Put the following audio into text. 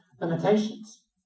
limitations